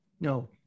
no